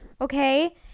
Okay